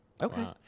okay